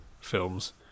films